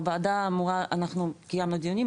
אנחנו קיימנו דיונים,